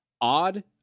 Odd